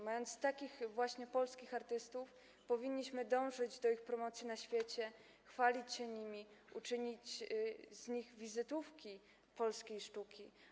Mając takich właśnie polskich artystów, powinniśmy dążyć do ich promocji na świecie, chwalić się nimi, uczynić z nich wizytówki polskiej sztuki.